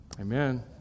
Amen